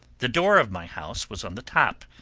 the door of my house was on the top,